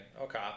okay